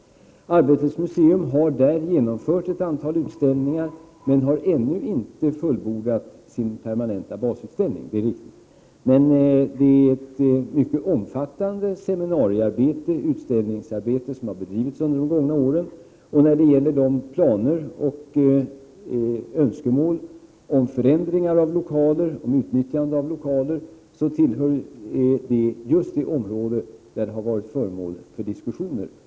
Arbetets museum har där genomfört ett antal utställningar, men har ännu inte fullbordat sin permanenta basutställning, det är riktigt. Men ett omfattande seminariearbete och utställningsarbete har bedrivits under de gångna åren. Planer och önskemål om förändringar och utnyttjande av lokaler är ett område som har varit föremål för diskussioner.